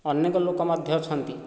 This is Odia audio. ଅନେକ ଲୋକ ମଧ୍ୟ ଅଛନ୍ତି